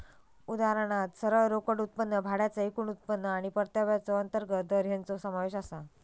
उदाहरणात सरळ रोकड उत्पन्न, भाड्याचा एकूण उत्पन्न आणि परताव्याचो अंतर्गत दर हेंचो समावेश आसा